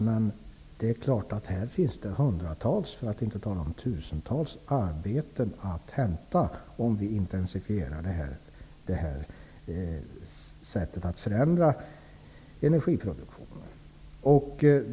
Men det är klart att det här finns hundratals, för att inte säga tusentals arbetstillfällen att hämta om vi intensifierar det här sättet att förändra energiproduktionen.